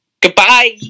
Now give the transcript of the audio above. Goodbye